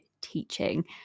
teaching